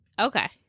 Okay